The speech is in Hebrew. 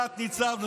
תת-ניצב,